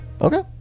Okay